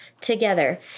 together